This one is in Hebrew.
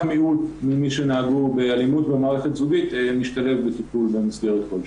מיעוט ממי שנהגו באלימות במערכת זוגית משתלב בטיפול במסגרת כלשהי.